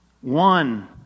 one